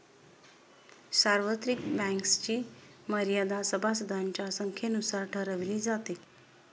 सार्वत्रिक बँक्सची मर्यादा सभासदांच्या संख्येनुसार ठरवली जाते